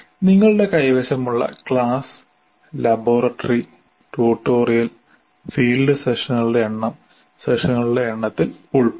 നിങ്ങളുടെ കൈവശമുള്ള class laboratory tutorial field സെഷനുകളുടെ എണ്ണം സെഷനുകളുടെ എണ്ണത്തിൽ ഉൾപ്പെടുന്നു